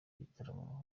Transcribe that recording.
gitaramo